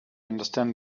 understand